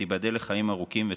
שתיבדל לחיים ארוכים וטובים.